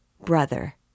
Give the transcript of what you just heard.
Brother